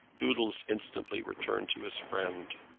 doodles instantly returned to his friend.